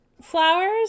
flowers